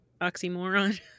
oxymoron